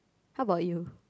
how about you